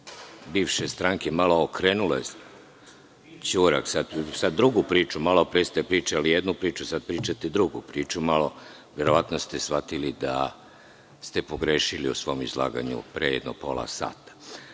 bivše stranke malo okrenuli ćurak na drugu priču. Malo pre ste pričali jednu priču, sad pričate drugu priču. Verovatno ste shvatili da ste pogrešili u svom izlaganju pre jedno pola sata.